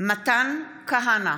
מתחייבת אני מתן כהנא,